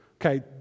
Okay